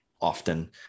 often